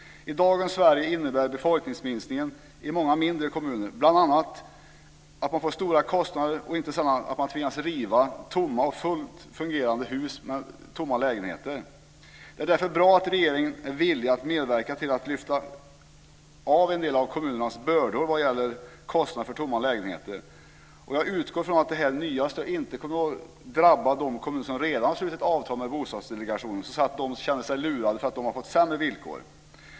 I dagens Sverige innebär befolkningsminskningen i många mindre kommuner bl.a. att man får stora kostnader och inte sällan tvingas riva fullt fungerande hus med tomma lägenheter. Det är därför bra att regeringen är villig att medverka till att lyfta av en del av kommunernas bördor vad gäller kostnader för tomma lägenheter. Jag utgår från att detta nya stöd inte kommer att innebära att de kommuner som redan slutit avtal med Bostadsdelegationen får sämre villkor, så att de känner sig lurade.